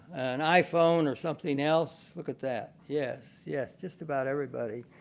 an iphone or something else? look at that, yes, yes, just about everybody.